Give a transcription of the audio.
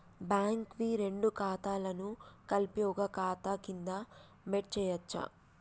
Bank వి రెండు ఖాతాలను కలిపి ఒక ఖాతా కింద మెర్జ్ చేయచ్చా?